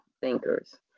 thinkers